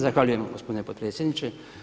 Zahvaljujem gospodine potpredsjedniče.